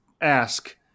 ask